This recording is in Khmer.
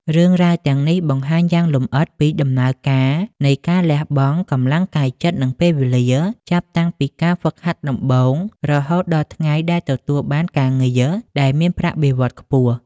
រឿងរ៉ាវទាំងនេះបង្ហាញយ៉ាងលម្អិតពីដំណើរការនៃការលះបង់ កម្លាំងកាយចិត្ត និងពេលវេលា ចាប់តាំងពីការហ្វឹកហាត់ដំបូង រហូតដល់ថ្ងៃដែលទទួលបានការងារដែលមានប្រាក់បៀវត្សរ៍ខ្ពស់។